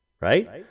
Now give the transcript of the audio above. right